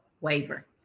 waiver